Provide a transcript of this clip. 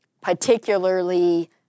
particularly